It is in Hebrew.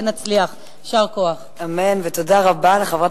אם זה בשאילתות,